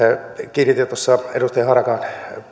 kiinnitin tuossa edustaja harakan